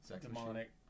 Demonic